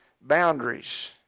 boundaries